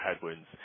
headwinds